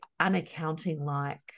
unaccounting-like